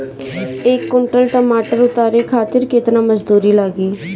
एक कुंटल टमाटर उतारे खातिर केतना मजदूरी लागी?